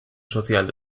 social